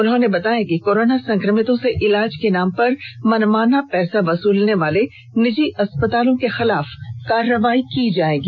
उन्होंने बताया कि कोरोना संक्रमितों से इलाज के नाम पर मनमाना पैसा वसूलने वाले निजी अस्पतालों के खिलाफ कार्रवाई की जाएगी